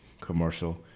commercial